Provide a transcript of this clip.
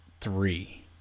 three